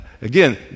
Again